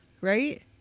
right